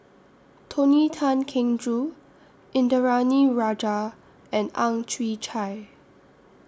Tony Tan Keng Joo Indranee Rajah and Ang Chwee Chai